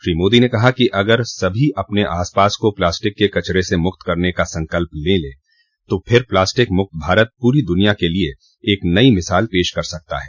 श्री मोदी ने कहा कि अगर सभी अपने आस पास को प्लास्टिक के कचरे से मुक्त करने का संकल्प कर लें तो फिर प्लास्टिक मुक्त भारत पूरी दुनिया के लिए एक नई मिसाल पेश कर सकता है